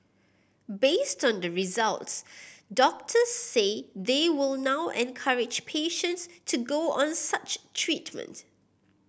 based on the results doctors say they will now encourage patients to go on such treatment